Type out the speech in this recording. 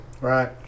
Right